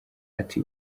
azi